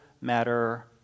matter